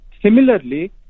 Similarly